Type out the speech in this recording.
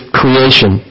creation